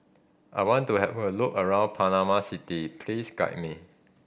I want to have a look around Panama City please guide me